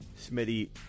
Smitty